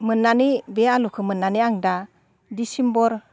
मोननानै बे आलुखो मोननानै आं दा डिसेम्बर